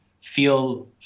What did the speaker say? feel